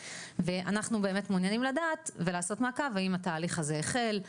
ואנחנו באמת מעוניינים לדעת ולעשות מעקב האם התהליך הזה החל,